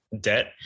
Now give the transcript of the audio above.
debt